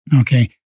Okay